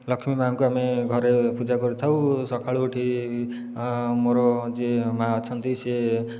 ଲକ୍ଷ୍ମୀ ମା'ଙ୍କୁ ଆମେ ଘରେ ପୂଜା କରିଥାଉ ସକାଳୁ ଉଠି ମୋର ଯିଏ ମା ଅଛନ୍ତି ସିଏ